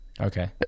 okay